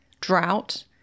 drought